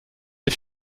des